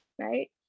right